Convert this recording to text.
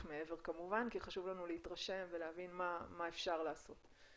מעבר כמובן כי חשוב לנו להתרשם ולהבין מה אפשר לעשות.